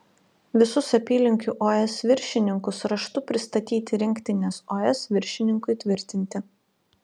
visus apylinkių os viršininkus raštu pristatyti rinktinės os viršininkui tvirtinti